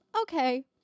okay